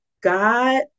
God